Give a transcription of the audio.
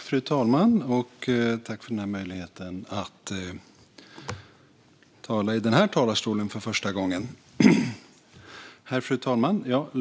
Fru talman!